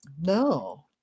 no